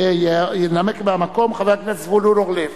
וינמק מהמקום חבר הכנסת זבולון אורלב.